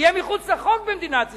יהיה מחוץ לחוק במדינת ישראל.